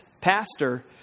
pastor